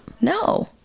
no